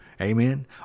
Amen